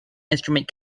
instrument